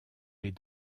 les